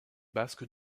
basque